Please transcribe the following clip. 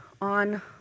on